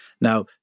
Now